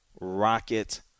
Rocket